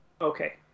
okay